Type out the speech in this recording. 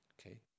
Okay